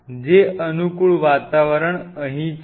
જે અનુકૂળ વાતાવરણ અહીં છે